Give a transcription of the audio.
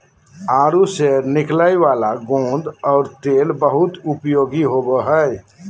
आडू से निकलय वाला गोंद और तेल बहुत उपयोगी होबो हइ